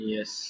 Yes